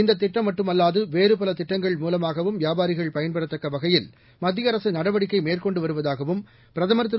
இந்த திட்டம் மட்டுமல்லாது வேறுபல திட்டங்கள் மூலமாகவும் வியாபாரிகள் பயன்பெறத் தக்க வகையில் மத்திய அரசு நடவடிக்கை மேற்கொண்டு வருவதாகவும் பிரதமர் திரு